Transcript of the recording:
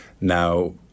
Now